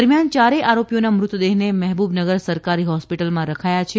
દરમિયાન યારેય આરોપીઓના મૃતદેહને મહેબૂબનગર સરકારી હોસ્પિટલમાં રખાયા છે